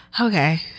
Okay